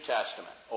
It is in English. Testament